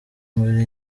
mbere